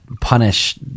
punish